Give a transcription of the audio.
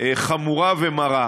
חמורה ומרה.